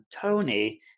Tony